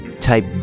type